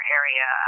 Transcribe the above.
area